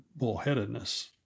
bullheadedness